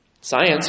Science